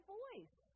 voice